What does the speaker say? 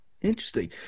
interesting